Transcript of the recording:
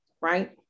right